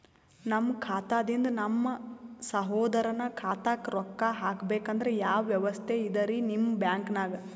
ನಮ್ಮ ಖಾತಾದಿಂದ ನಮ್ಮ ಸಹೋದರನ ಖಾತಾಕ್ಕಾ ರೊಕ್ಕಾ ಹಾಕ್ಬೇಕಂದ್ರ ಯಾವ ವ್ಯವಸ್ಥೆ ಇದರೀ ನಿಮ್ಮ ಬ್ಯಾಂಕ್ನಾಗ?